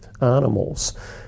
animals